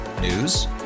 News